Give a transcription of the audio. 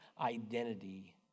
identity